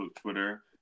Twitter